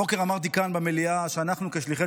הבוקר אמרתי כאן במליאה שאנחנו כשליחי